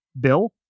Bill